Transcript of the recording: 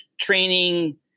training –